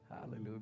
Hallelujah